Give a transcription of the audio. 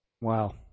Wow